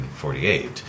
1948